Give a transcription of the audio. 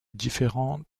différents